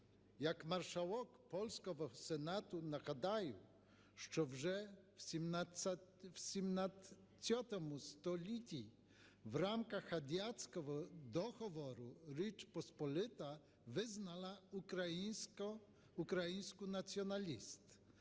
Як Маршалок польського Сенату нагадаю, що вже в ХVII столітті в рамках Гадяцького договору Річ Посполита визнала українську національність.